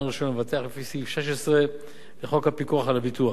רשיון למבטח לפי סעיף 16 לחוק הפיקוח על הביטוח.